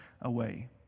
away